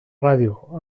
ràdio